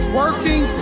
working